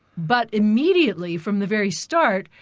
but immediately from the very start,